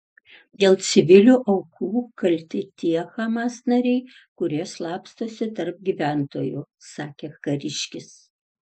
dėl civilių aukų kalti tie hamas nariai kurie slapstosi tarp gyventojų sakė kariškis